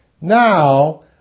Now